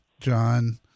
John